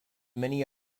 many